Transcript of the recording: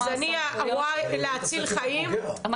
אז אני רואה שלהציל חיים --- הוא לא מתעסק עם הפוגע.